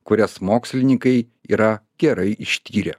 kurias mokslininkai yra gerai ištyrę